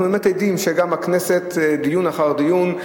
אנחנו באמת עדים לכך שבכנסת, דיון אחר דיון,